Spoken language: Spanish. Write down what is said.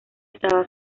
estaba